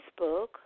Facebook